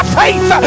faith